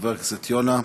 חבר הכנסת יונה,